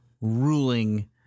ruling